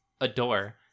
adore